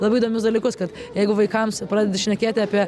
labai įdomius dalykus kad jeigu vaikams pradedi šnekėti apie